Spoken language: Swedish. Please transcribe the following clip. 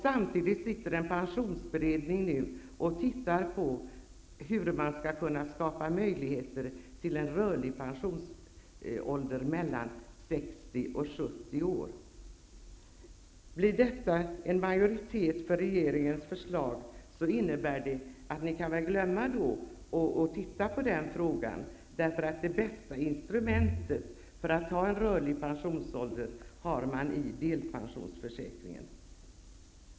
Samtidigt sitter nu en pensionsberedning och undersöker hur man skall kunna skapa möjligheter till en rörlig pensionsålder för människor i åldrarna 60-70 år. Om det blir majoritet för regeringens förslag innebär det att man kan sluta upp med att undersöka den frågan, eftersom det bästa instrumentet för en rörlig pensionsålder finns i delpensionsförsäkringen.